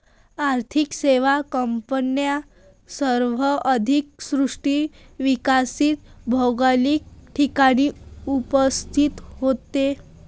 आर्थिक सेवा कंपन्या सर्व आर्थिक दृष्ट्या विकसित भौगोलिक ठिकाणी उपस्थित आहेत